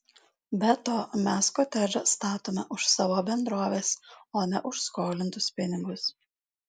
be to mes kotedžą statome už savo bendrovės o ne už skolintus pinigus